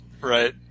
right